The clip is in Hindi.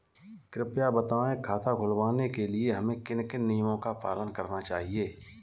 कृपया बताएँ खाता खुलवाने के लिए हमें किन किन नियमों का पालन करना चाहिए?